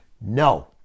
no